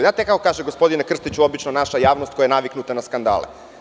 Znate kako kaže, gospodine Krstiću, obično naša javnost koja je naviknuta na skandale?